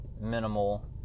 Minimal